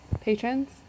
patrons